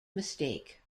mistake